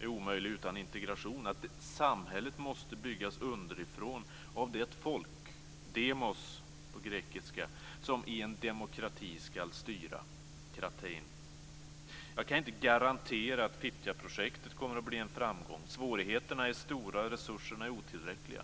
är omöjlig utan integration, att samhället måste byggas underifrån av det folk, demos på grekiska, som i en demokrati skall styra, kratein. Jag kan inte garantera att Fittjaprojektet kommer att bli en framgång, svårigheterna är stora och resurserna är otillräckliga.